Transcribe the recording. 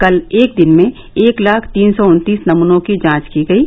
कल एक दिन में एक लाख तीन सौ उन्तीस नमूनों की जांच की गयी